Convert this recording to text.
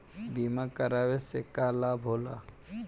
बीमा करावे से का लाभ होला?